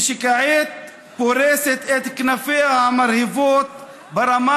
ושכעת פורסת את כנפיה המרהיבות ברמה